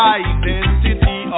identity